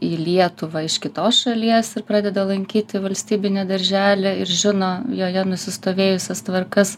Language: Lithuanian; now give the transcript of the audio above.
į lietuvą iš kitos šalies ir pradeda lankyti valstybinį darželį ir žino joje nusistovėjusias tvarkas